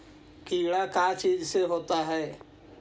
कीड़ा का चीज से होता है?